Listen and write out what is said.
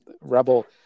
Rebel